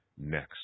next